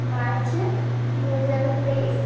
March ଦୁଇହଜାର ତେଇଶ